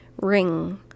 ring